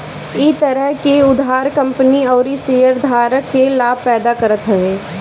इ तरह के उधार कंपनी अउरी शेयरधारक के लाभ पैदा करत हवे